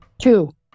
Two